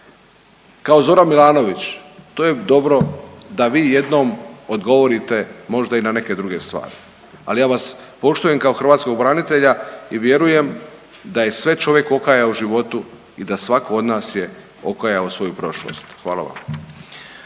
kao Zoran Milanović to je dobro da vi jednom odgovorite možda i na neke druge stvari. Ali ja vas poštujem kao hrvatskog branitelja i vjerujem da je sve čovjek okajao u životu i da svako od nas je okajao svoju prošlost. Hvala vam.